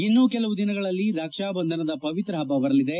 ಇನ್ನು ಕೆಲವು ದಿನಗಳಲ್ಲಿ ರಕ್ಷಾಬಂಧನದ ಪವಿತ್ರ ಹಬ್ಬ ಬರಲಿದೆ